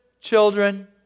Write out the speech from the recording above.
children